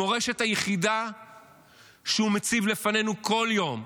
המורשת היחידה שהוא מציב בפנינו כל יום,